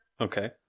Okay